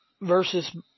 versus